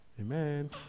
Amen